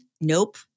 Nope